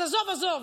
אז עזוב,